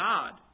God